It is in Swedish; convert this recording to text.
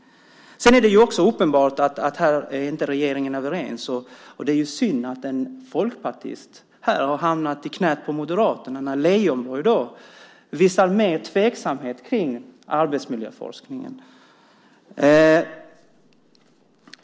Det är också uppenbart att regeringen inte är överens här. Det är ju synd att en folkpartist här har hamnat i knät på Moderaterna när Leijonborg visar mer tveksamhet kring arbetsmiljöforskningen.